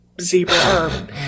Zebra